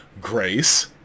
grace